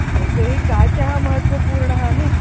तर्हि काचः महत्त्वपूर्णः नु